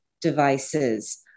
devices